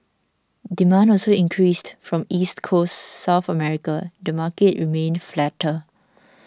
demand also increased from East Coast South America the market remained flatter